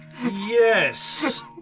Yes